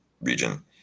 region